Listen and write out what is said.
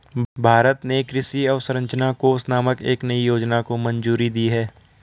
भारत ने कृषि अवसंरचना कोष नामक एक नयी योजना को मंजूरी दी है